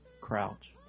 Crouch